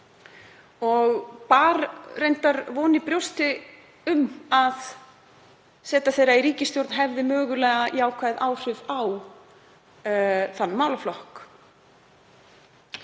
Ég bar reyndar þá von í brjósti að seta þess flokks í ríkisstjórn hefði mögulega jákvæð áhrif á þann málaflokk.